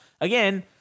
again